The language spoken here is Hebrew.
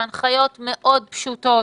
עם הנחיות מאוד פשוטות